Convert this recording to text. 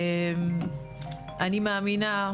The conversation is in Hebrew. אני מאמינה,